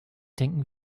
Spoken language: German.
denken